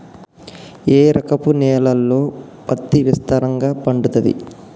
ఏ రకపు నేలల్లో పత్తి విస్తారంగా పండుతది?